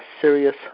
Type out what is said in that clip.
serious